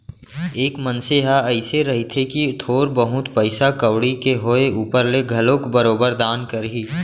एक मनसे ह अइसे रहिथे कि थोर बहुत पइसा कउड़ी के होय ऊपर ले घलोक बरोबर दान करही